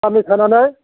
सान्नै थानानै